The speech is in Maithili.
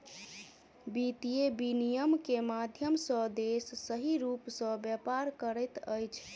वित्तीय विनियम के माध्यम सॅ देश सही रूप सॅ व्यापार करैत अछि